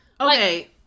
Okay